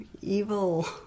evil